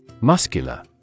Muscular